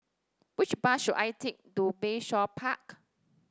which bus should I take to Bayshore Park